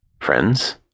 Friends